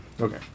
okay